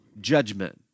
judgment